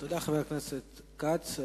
תודה, חבר הכנסת כץ.